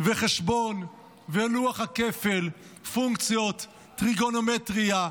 וחשבון ולוח הכפל, פונקציות, טריגונומטריה,